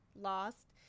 lost